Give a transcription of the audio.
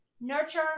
nurture